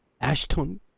Ashton